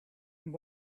and